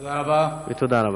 תודה רבה.) תודה רבה.